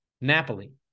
Napoli